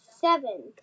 seven